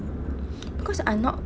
because I not